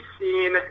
seen